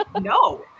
No